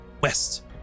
west